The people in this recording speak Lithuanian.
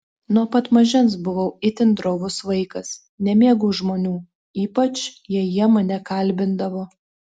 nuo pat mažens buvau itin drovus vaikas nemėgau žmonių ypač jei jie mane kalbindavo